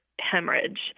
hemorrhage